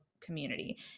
community